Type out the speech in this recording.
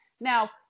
Now